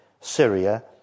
Syria